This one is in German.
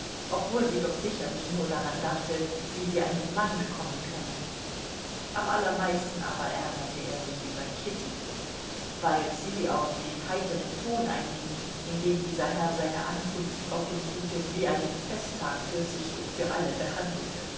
obwohl sie doch sicherlich nur daran dachte wie sie einen mann bekommen könne am allermeisten aber ärgerte er sich über kitty weil sie auf den heiteren ton einging in dem dieser herr seine ankunft auf dem gute wie einen festtag für sich und für alle behandelte